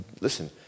listen